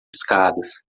escadas